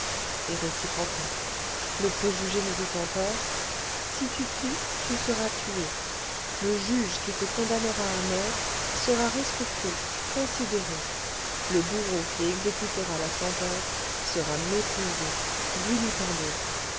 et réciproquement le préjugé nous dit encore si tu tues tu seras tué le juge qui te condamnera à mort sera respecté considéré le bourreau qui exécutera la sentence sera méprisé vilipendé